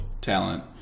talent